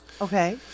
Okay